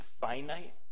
finite